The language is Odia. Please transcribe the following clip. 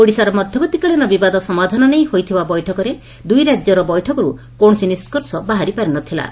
ଓଡ଼ିଶାର ମଧ୍ଧବର୍ଭୀକାଳୀନ ବିବାଦ ସମାଧାନ ନେଇ ହୋଇଥିବା ବୈଠକରେ ଦୁଇ ରାଜ୍ୟର ବୈଠକରୁ କୌଣସି ନିଷ୍କର୍ଷ ବାହାରି ପାରିନଥଲା